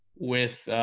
with